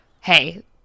hey